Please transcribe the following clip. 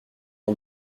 ont